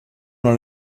una